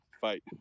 fight